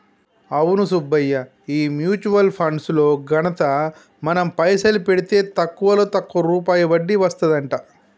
అవును సుబ్బయ్య ఈ mutual funds లో ఘనత మనం పైసలు పెడితే తక్కువలో తక్కువ రూపాయి వడ్డీ వస్తదంట